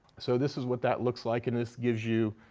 so this is what that looks like and this gives you,